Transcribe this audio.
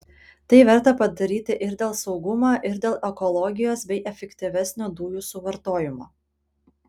tai verta padaryti ir dėl saugumo ir dėl ekologijos bei efektyvesnio dujų suvartojimo